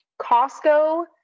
costco